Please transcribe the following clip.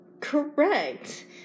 Correct